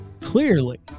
Clearly